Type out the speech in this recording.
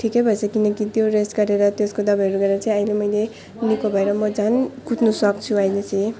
ठिकै भएछ किनकि त्यो रेस्ट गरेर त्यसको दबाईहरू गरेर चाहिँ आहिले मैले निको भएर म झन् कुद्नु सक्छु अहिले चाहिँ